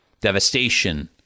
Devastation